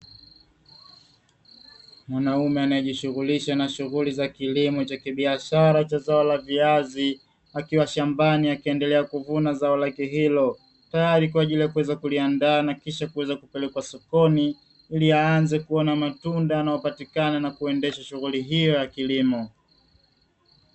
Mwanaume anayejishughulisha nashughuli za kilimo cha kibiashara cha zao la viazi akiwa shambani akiendelea kuvuna zao lake hilo tayari kwa ajili ya kuweza kuliandaa na kisha kuweza kupelekwa sokoni ili aanze kuona matunda yanayopatikana na kuendesha shughuli hiyo ya kilimo.